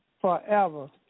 forever